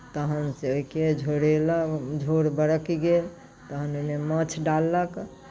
तखनसँ ओहिके झोरेलक झोर बरकि गेल तखन ओहिमे माछ डाललक से